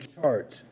charts